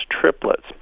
triplets